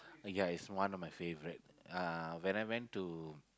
oh ya it's one of my favourite uh when I went to